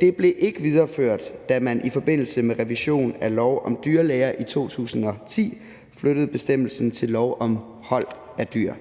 Det blev ikke videreført, da man i forbindelse med revision af lov om dyrlæger i 2010 flyttede bestemmelsen til lov om hold af dyr,